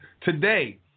Today